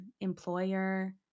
employer